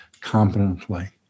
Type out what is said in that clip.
competently